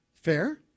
Fair